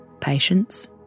Patience